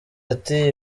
ati